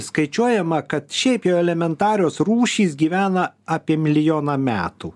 skaičiuojama kad šiaip jau elementarios rūšys gyvena apie milijoną metų